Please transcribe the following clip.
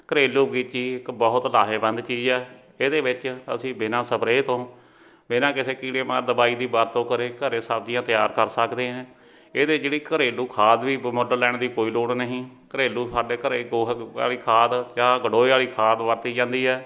ਘਰੇਲੂ ਬਗੀਚਾ ਇੱਕ ਬਹੁਤ ਲਾਹੇਵੰਦ ਚੀਜ਼ ਹੈ ਇਹਦੇ ਵਿੱਚ ਅਸੀਂ ਬਿਨਾਂ ਸਪਰੇਅ ਤੋਂ ਬਿਨਾਂ ਕਿਸੇ ਕੀੜੇਮਾਰ ਦਵਾਈ ਦੀ ਵਰਤੋਂ ਕਰੇ ਘਰ ਸਬਜ਼ੀਆਂ ਤਿਆਰ ਕਰ ਸਕਦੇ ਹੈ ਇਹਦੇ ਜਿਹੜੀ ਘਰੇਲੂ ਖਾਦ ਵੀ ਵ ਮੁੱਲ ਲੈਣ ਦੀ ਕੋਈ ਲੋੜ ਨਹੀਂ ਘਰੇਲੂ ਸਾਡੇ ਘਰ ਗੋਹੇ ਵਾਲੀ ਖਾਦ ਜਾਂ ਗੰਡੋਏ ਵਾਲੀ ਖਾਦ ਵਰਤੀ ਜਾਂਦੀ ਹੈ